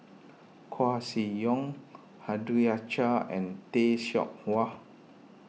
Koeh Sia Yong and Tay Seow Huah